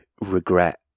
regret